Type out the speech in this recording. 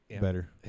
Better